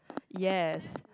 yes